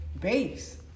base